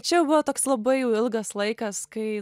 čia jau buvo toks labai jau ilgas laikas kai